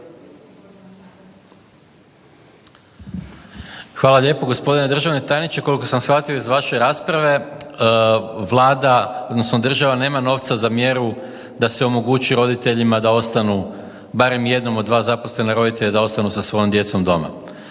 Hvala lijepo. Gospodine državni tajniče koliko sam shvatio iz vaše rasprave Vlada odnosno država nema novca za mjeru da se omogući roditeljima da ostanu, barem jednom od dva zaposlena roditelja da ostanu sa svojom djecom doma.